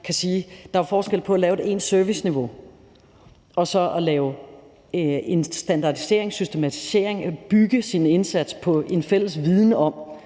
Der er jo forskel på at lave ens serviceniveau og så at lave en standardisering, systematisering, bygge sin indsats på en fælles viden.